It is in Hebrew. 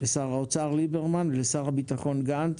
לשר האוצר ליברמן ולשר הביטחון גנץ.